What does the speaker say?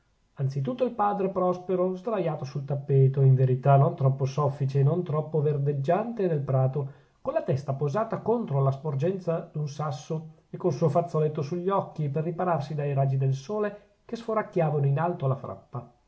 tutto il padre prospero sdraiato sul tappeto in verità non troppo soffice e non troppo verdeggiante del prato con la testa posata contro la sporgenza d'un sasso e col suo fazzoletto sugli occhi per ripararsi dai raggi del sole che sforacchiavano in alto la frappa